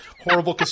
horrible